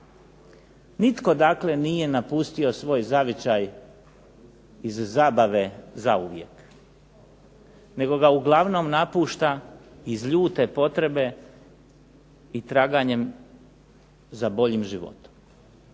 Nitko dakle nije napustio svoj zavičaj iz zabave zauvijek, nego ga uglavnom napušta iz ljute potrebe i traganjem za boljim životom.